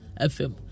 FM